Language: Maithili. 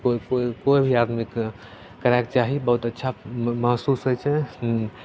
कोइ कोइ कोइ भी आदमीके करैके चाही बहुत अच्छा महसूस होइ छै जे